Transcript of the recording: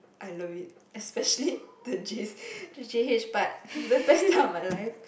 I love it especially the J the J_H part the best part of my life